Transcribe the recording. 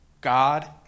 God